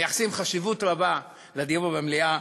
מייחסים חשיבות רבה לדיון במליאה.